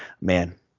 man